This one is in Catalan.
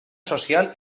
social